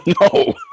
No